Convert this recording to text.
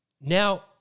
Now